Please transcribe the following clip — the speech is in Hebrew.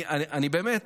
אני באמת